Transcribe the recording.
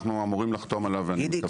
אנחנו אמורים לחתום עליו- -- גידי,